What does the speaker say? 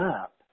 up